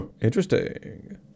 Interesting